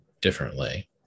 differently